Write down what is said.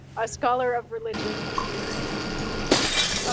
a scholar of religion here in in claremont.